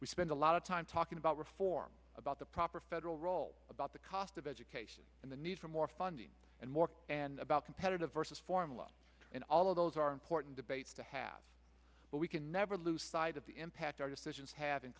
we spend a lot of time talking about reform about the proper federal role about the cost of education and the need for more funding and more about competitive versus formula and all of those are important debates to have but we can never lose sight of the impact our decisions have in